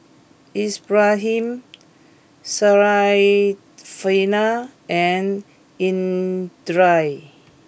Ibrahim Syarafina and Indra